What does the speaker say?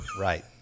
Right